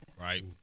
right